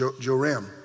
Joram